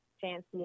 fancy